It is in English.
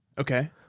Okay